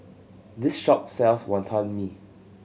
this shop sells Wantan Mee